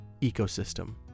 ecosystem